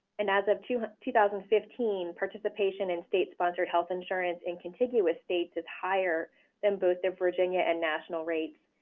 and as of two two thousand and fifteen, participation in state sponsored health insurance in contiguous states is higher than both the virginia and national rates,